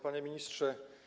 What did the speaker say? Panie Ministrze!